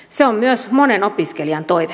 se on myös monen opiskelijan toive